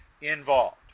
involved